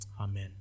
amen